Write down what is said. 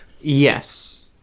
Yes